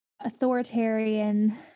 authoritarian